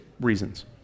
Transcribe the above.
reasons